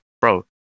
bro